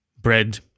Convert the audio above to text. bread